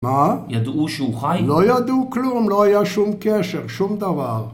מה? ידעו שהוא חי? לא ידעו כלום, לא היה שום קשר, שום דבר